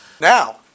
Now